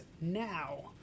now